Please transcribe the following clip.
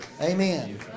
Amen